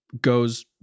goes